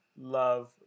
love